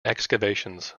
excavations